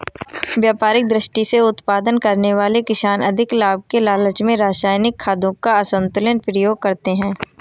व्यापारिक दृष्टि से उत्पादन करने वाले किसान अधिक लाभ के लालच में रसायनिक खादों का असन्तुलित प्रयोग करते हैं